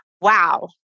wow